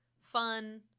fun